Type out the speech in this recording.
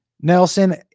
Nelson